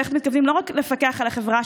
איך מתכוונים לא רק לפקח על החברה,